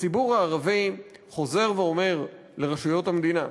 הציבור הערבי חוזר ואומר לרשויות המדינה,